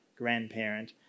grandparent